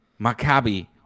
Maccabi